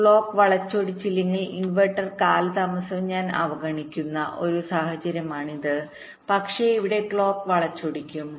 clock വളച്ചൊടിച്ചില്ലെങ്കിൽ inverter കാലതാമസം ഞാൻ അവഗണിക്കുന്ന ഒരു സാഹചര്യമാണിത് പക്ഷേ ഇവിടെ ക്ലോക്ക് വളച്ചൊടിക്കും